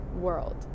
world